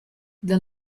the